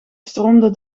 stroomde